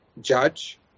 judge